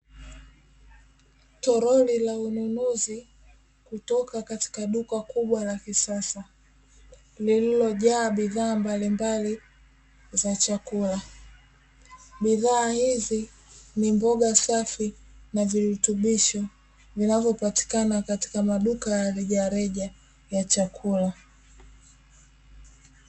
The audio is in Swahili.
Toroli la ununuzi kutoka katika duka kubwa la kisasa lililojaa bidhaa mbalimbali za chakula, bidhaa hizi ni mboga safi na virutubisho vinavyopatikana katika maduka ya rejareja ya chakula.